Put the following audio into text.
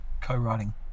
co-writing